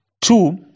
two